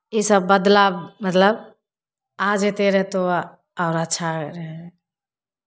इसभ बदलाव मतलब आ जेतै रहै तऽ और अच्छा रहै